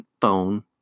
phone